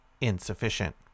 insufficient